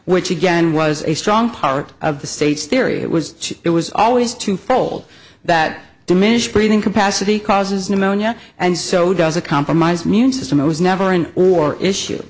which again was a strong part of the state's theory it was it was always two fold that diminished breathing capacity causes pneumonia and so does a compromise mutism it was never in or issue